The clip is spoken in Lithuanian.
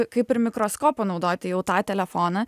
kaip ir mikroskopą naudoti jau tą telefoną